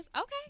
Okay